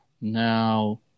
Now